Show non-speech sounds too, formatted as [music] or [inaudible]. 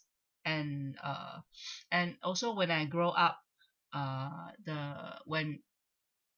and uh [breath] and also when I grow up uh the when